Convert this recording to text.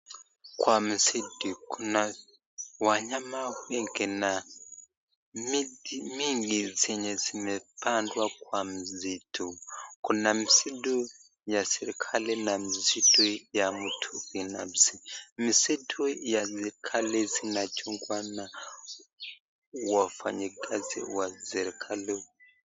Kwa msitu kuna wanyama wengi na miti mingi zenhe zimepandwa kwa msitu, kuna msitu ya serikali na msitu ya mtu binafsi. Msitu ya serikali inachungwa na wafanyi kazi wa serikali.